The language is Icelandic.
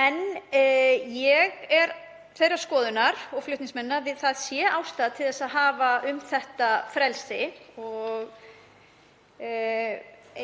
Ég er þeirrar skoðunar, og flutningsmenn, að ástæða sé til að hafa um þetta frelsi og